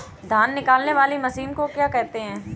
धान निकालने वाली मशीन को क्या कहते हैं?